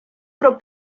про